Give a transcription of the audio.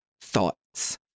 thoughts